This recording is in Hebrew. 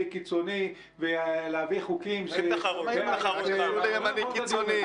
קיצוני ולהביא חוקים --- מה הקשר לימני קיצוני.